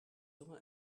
lower